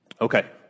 Okay